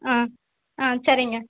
ஆ ஆ சரிங்க